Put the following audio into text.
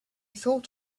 thought